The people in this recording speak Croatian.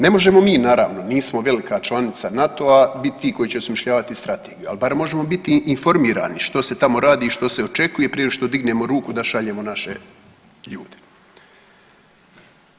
Ne možemo mi naravno, nismo velika članica NATO-a biti ti koji će osmišljavati strategiju, ali barem možemo biti informirani što se tamo radi i što se očekuje prije nego što dignemo ruku da šaljemo naše ljude.